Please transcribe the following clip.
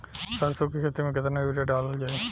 सरसों के खेती में केतना यूरिया डालल जाई?